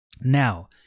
Now